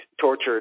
tortured